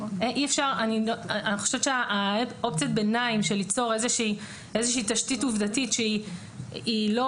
אני חושבת שאופציית הביניים ליצור איזושהי תשתית עובדתית שהיא לא